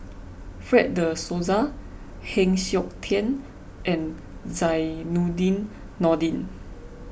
Fred De Souza Heng Siok Tian and Zainudin Nordin